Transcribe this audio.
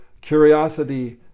curiosity